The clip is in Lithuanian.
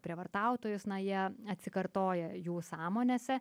prievartautojus na jie atsikartoja jų sąmonėse